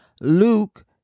Luke